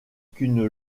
qu’une